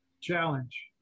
Challenge